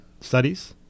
studies